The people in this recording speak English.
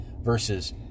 versus